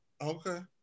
Okay